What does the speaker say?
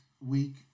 week